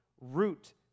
root